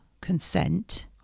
consent